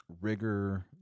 rigor